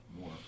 more